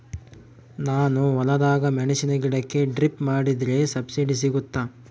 ನಾನು ಹೊಲದಾಗ ಮೆಣಸಿನ ಗಿಡಕ್ಕೆ ಡ್ರಿಪ್ ಮಾಡಿದ್ರೆ ಸಬ್ಸಿಡಿ ಸಿಗುತ್ತಾ?